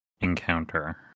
encounter